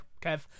Kev